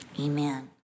amen